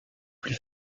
plus